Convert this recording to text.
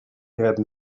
had